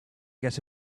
get